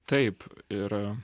taip ir